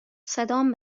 صدام